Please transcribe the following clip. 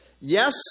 Yes